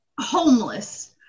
homeless